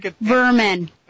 Vermin